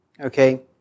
Okay